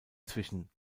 zwischen